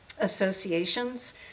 associations